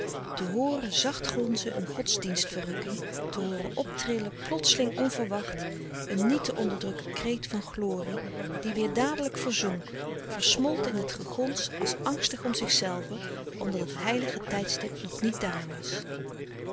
te hooren zacht gonzen een godsdienstverrukking te hooren optrillen plotseling onverwacht een niet te onderdrukken kreet van glorie die weêr dadelijk verzonk versmolt in het gegons als angstig om zichzelven omdat het heilige tijdstip nog niet daar was